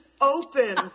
open